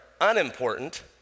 unimportant